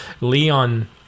Leon